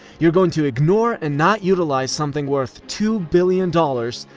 you're going to ignore and not utilize something worth two billion dollars,